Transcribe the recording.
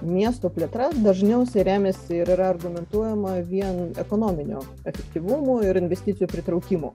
miesto plėtra dažniausiai remiasi ir yra argumentuojama vien ekonominiu efektyvumu ir investicijų pritraukimu